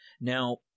Now